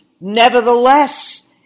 Nevertheless